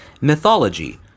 Mythology